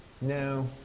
No